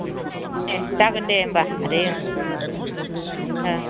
दे जागोन दे होमबा आदै ओं ओ